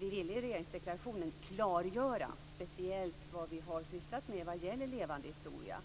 ville vi i regeringsdeklarationen klargöra speciellt vad vi har sysslat med vad gäller levande historia.